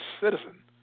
citizen